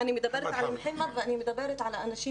אני מדברת על מוחמד ואני מדברת על האנשים